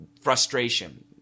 frustration